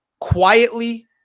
quietly